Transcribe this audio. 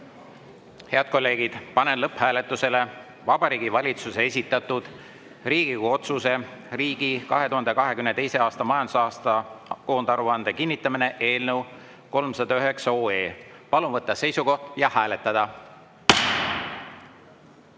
kolleegid, panen lõpphääletusele Vabariigi Valitsuse esitatud Riigikogu otsuse "Riigi 2022. aasta majandusaasta koondaruande kinnitamine" eelnõu 309. Palun võtta seisukoht ja hääletada!